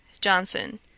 johnson